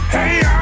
Hey